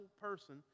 person